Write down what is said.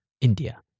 India